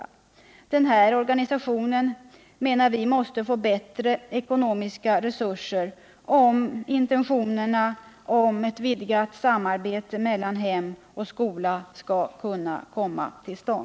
Vi anser att den organisationen måste få större ekonomiska resurser, om intentionerna om ett vidgat samarbete mellan hem och skola skall kunna förverkligas.